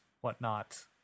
whatnot